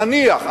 נניח.